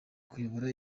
kuyobora